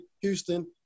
Houston